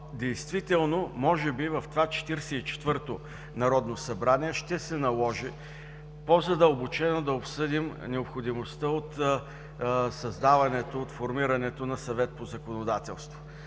Действително, може би, в това Четиридесет и четвърто народно събрание ще се наложи по-задълбочено да обсъдим необходимостта от създаването, от формирането на Съвет по законодателството.